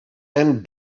and